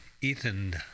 Ethan